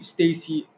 Stacy